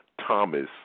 Thomas